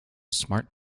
smart